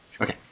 Okay